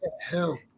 Help